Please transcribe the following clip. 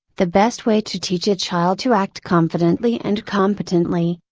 the best way to teach a child to act confidently and competently,